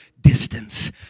distance